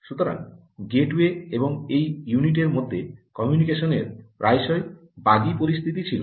সুতরাং গেটওয়ে এবং এই ইউনিটের মধ্যে কমিউনিকেশনের প্রায়শই বাগি পরিস্থিতি ছিল